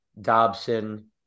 Dobson